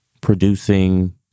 producing